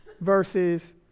versus